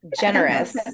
Generous